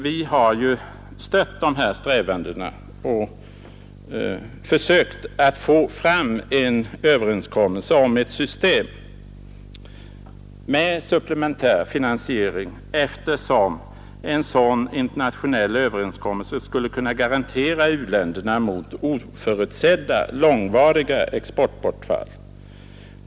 Vi har ju stött de här strävandena och försökt att få fram en överenskommelse om ett system med supplementär finansiering eftersom en sådan internationell överenskommelse skulle kunna garantera u-länderna mot oförutsedda, långvariga exportbortfall.